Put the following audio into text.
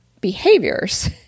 behaviors